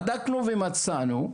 בדקנו ומצאנו,